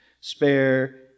Spare